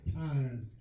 times